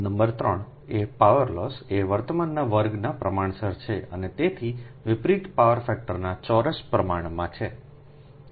number 3 એ power loss એ વર્તમાનના વર્ગના પ્રમાણસર છે અને તેથી વિપરીત પાવર ફેક્ટરના ચોરસ પ્રમાણમાં છે